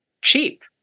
cheap